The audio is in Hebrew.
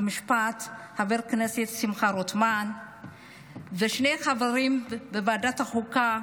חוק ומשפט חבר הכנסת שמחה רוטמן ולשני חברים בוועדת החוקה,